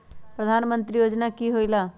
प्रधान मंत्री योजना कि होईला?